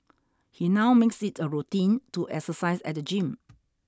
he now makes it a routine to exercise at the gym